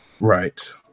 Right